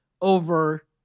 over